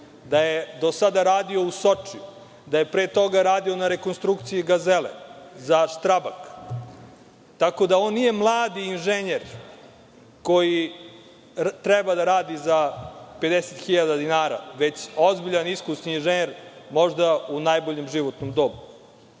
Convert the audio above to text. da je do sada radio u Sočiju, da je pre toga radio na rekonstrukciji Gazele, za „Štrabak“, tako da on nije mladi inženjer koji treba da radi za 50.000 dinara, već ozbiljan, iskusni inženjer, možda u najboljem životnom dobu. Ne